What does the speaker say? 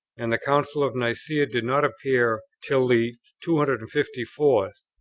and the council of nicaea did not appear till the two hundred and fifty fourth,